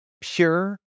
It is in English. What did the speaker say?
pure